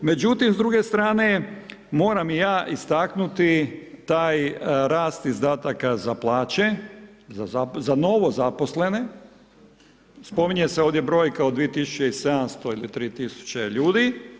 Međutim, s druge strane moram ja istaknuti taj rast izdataka za plaće, za novozaposlene, spominje se ovdje brojka od 2700 ili 3000 ljudi.